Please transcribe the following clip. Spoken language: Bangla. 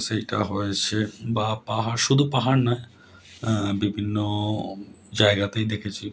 সেটা হয়ছে বা পাহাড় শুধু পাহাড় নয় বিভিন্ন জায়গাতেই দেখেছি